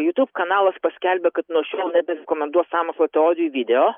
youtube kanalas paskelbė kad nuo šiol neberekomentuos sąmokslo teorijų video